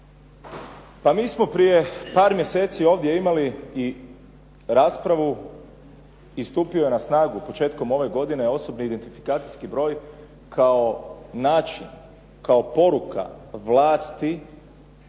Pa mi smo prije par mjeseci ovdje imali i raspravu i stupio na snagu početkom ove godine osobni identifikacijski broj kao način, kao poruka vlasti